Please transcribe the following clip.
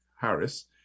Harris